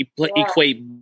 equate